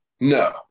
No